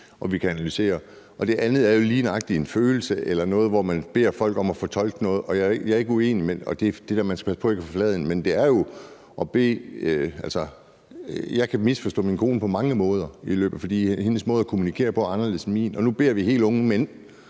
Og det andet er jo lige nøjagtig en følelse eller noget, hvor man beder folk om at fortolke noget. Jeg er ikke uenig i det der med, at man skal passe på ikke at forfladige det. Men jeg kan misforstå min kone på mange måder, for hendes måde at kommunikere på er anderledes end min, og nu beder vi helt unge mænd